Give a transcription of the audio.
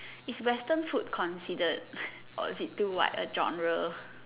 is Western food considered or it is too wide a genre